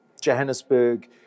Johannesburg